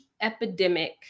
epidemic